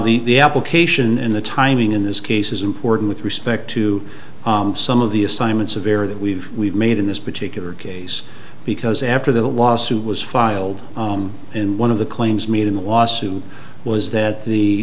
the the application in the timing in this case is important with respect to some of the assignments of error that we've we've made in this particular case because after the lawsuit was filed and one of the claims made in the lawsuit was that the